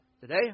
today